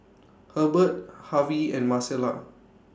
Herbert Harvy and Marcela